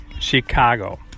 Chicago